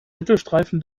mittelstreifen